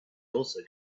also